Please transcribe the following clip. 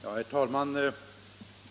Herr talman!